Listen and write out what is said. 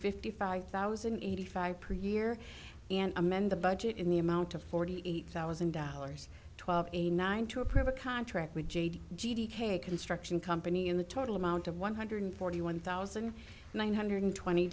fifty five thousand and eighty five per year and amend the budget in the amount of forty eight thousand dollars twelve a nine to approve a contract with jade a construction company in the total amount of one hundred forty one thousand nine hundred twenty